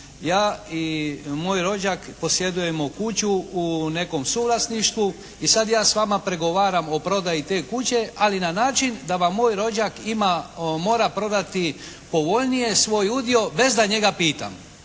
Ja i moj rođak posjedujemo kuću u nekom suvlasništvu, i sad ja s vama pregovaram o prodaji te kuće ali na način da vam moj rođak ima, mora prodati povoljnije svoj udio bez da njega pitam.